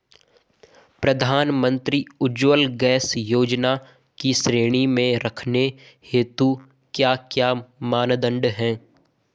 प्रधानमंत्री उज्जवला गैस योजना की श्रेणी में रखने हेतु क्या क्या मानदंड है?